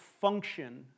function